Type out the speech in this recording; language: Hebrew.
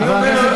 אני אומר,